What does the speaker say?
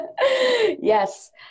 Yes